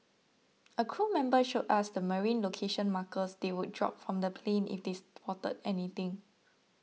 a crew member showed us the marine location markers they would drop from the plane if they spotted anything